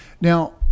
Now